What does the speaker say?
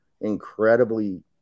incredibly